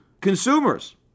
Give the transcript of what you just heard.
consumers